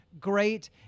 great